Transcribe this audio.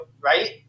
right